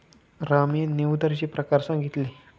राम यांनी उधारीचे प्रकार सांगितले